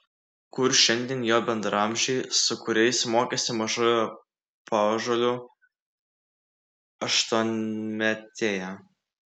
kur šiandien jo bendraamžiai su kuriais mokėsi mažoje paąžuolių aštuonmetėje